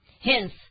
Hence